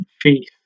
faith